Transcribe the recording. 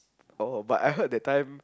oh but I heard that time